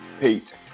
Pete